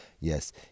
yes